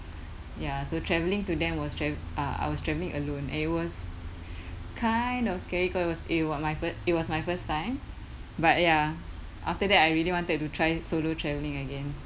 ya so travelling to them was tra~ uh I was traveling alone it was kind of scary cause it was it was my it was first time but ya after that I really wanted to try solo traveling again